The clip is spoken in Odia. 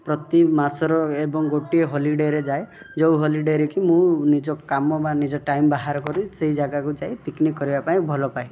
ପ୍ରତି ମାସର ଏବଂ ଗୋଟିଏ ହୋଲିଡ଼େରେ ଯାଏ ଯେଉଁ ହୋଲିଡ଼େରେ କି ମୁଁ ନିଜ କାମ ବା ଟାଇମ୍ ବାହାର କରି ସେହି ଯାଗାକୁ ଯାଇ ପିକନିକ୍ କରିବାପାଇଁ ଭଲ ପାଏ